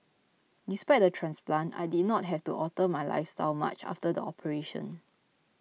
despite the transplant I did not have to alter my lifestyle much after the operation